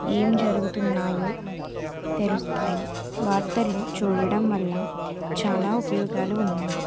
ఏం జరుగుతున్నాయో తెలుస్తాయి వార్తలు చూడడం వల్ల చాలా ఉపయోగాలు ఉన్నాయి